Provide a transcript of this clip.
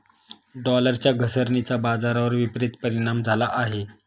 डॉलरच्या घसरणीचा बाजारावर विपरीत परिणाम झाला आहे